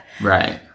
right